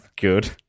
Good